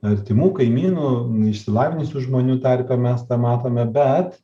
artimų kaimynų neišsilavinusių žmonių tarpe mes tą matome bet